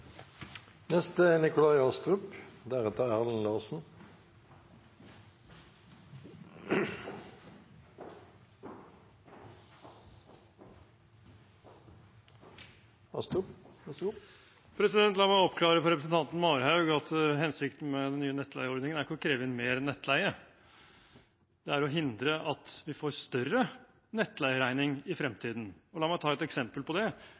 La meg oppklare for representanten Marhaug at hensikten med den nye nettleieordningen ikke er å kreve inn mer nettleie. Det er å hindre at vi får større nettleieregning i fremtiden. La meg ta et eksempel på det.